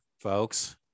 folks